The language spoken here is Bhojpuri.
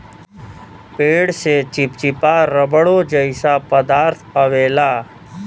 पेड़ से चिप्चिपा रबड़ो जइसा पदार्थ अवेला